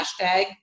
hashtag